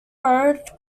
road